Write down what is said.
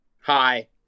Hi